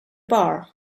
bar